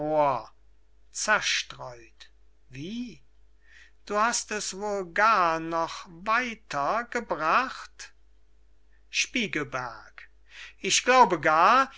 wie du hast es wohl gar noch weiter gebracht spiegelberg ich glaube gar